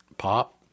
pop